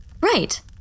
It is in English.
Right